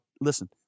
listen